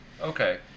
Okay